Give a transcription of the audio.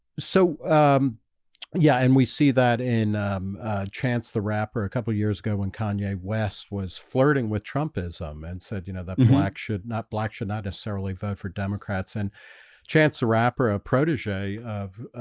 so yeah, and we see that in um ah chance the rapper a couple of years ago when kanye west was flirting with trumpism and said, you know, that black should not black should not necessarily vote for democrats and chance the rapper a protege of ah,